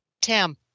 Tim